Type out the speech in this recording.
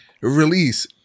release